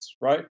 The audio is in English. right